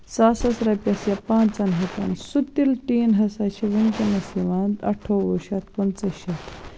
ساسس رۄپیس یا پانٛژَن ہَتن سُہ تِلہٕ ٹیٖن ہسا چھُ ؤنکیٚنَس یِوان اَٹھووُہ شَتھ پٔنژٕھ شَتھ